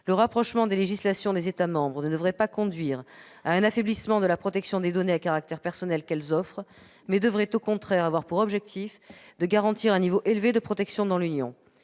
Le rapprochement des législations des États membres ne devrait pas conduire à un affaiblissement de la protection des données à caractère personnel qu'elles offrent mais devrait, au contraire, avoir pour objectif de garantir un niveau élevé de protection dans l'Union.